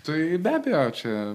tai be abejo čia